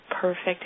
perfect